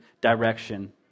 direction